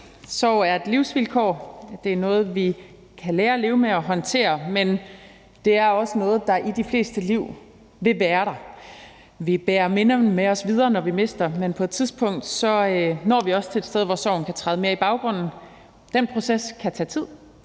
Sorg er et livsvilkår. Det er noget, vi kan lære at leve med og at håndtere, men det er også noget, der i de flestes liv vil være der. Vi bærer minderne med os videre, når vi mister, men på et tidspunkt når vi også til et sted, hvor sorgen kan træde mere i baggrunden. Den proces kan tage tid,